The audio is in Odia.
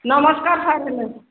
ନମସ୍କାର ସାର୍ ହେଲା